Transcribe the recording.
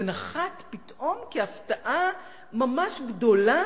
זה נחת פתאום כהפתעה ממש גדולה?